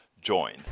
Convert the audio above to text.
join